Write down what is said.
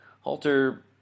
Halter